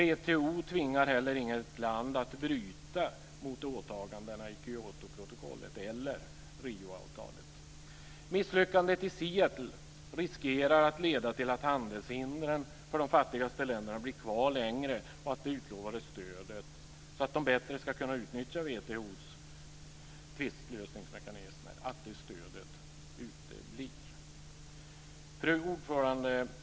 WTO tvingar inte heller något land att bryta mot åtagandena i Kyotoprotokollet eller Rioavtalet. Misslyckandet i Seattle riskerar att leda till att handelshindren för de fattigaste länderna blir kvar längre och att det utlovade stödet, så att de bättre ska kunna utnyttja WTO:s tvistlösningsmekanismer, uteblir. Fru talman!